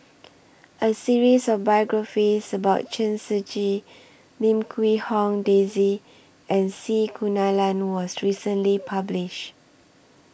A series of biographies about Chen Shiji Lim Quee Hong Daisy and C Kunalan was recently published